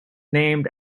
named